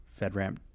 FedRAMP